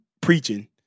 preaching